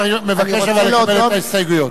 אבל אדוני מבקש לקבל את ההסתייגויות.